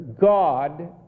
God